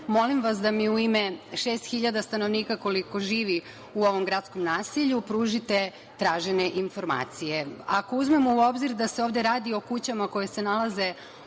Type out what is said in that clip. molim vas da mi u ime šest hiljada stanovnika, koliko živi u ovom gradskom naselju, pružite tražene informacije. Ako uzmemo u obzir da se ovde radi o kućama koje se nalaze odmah